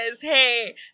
hey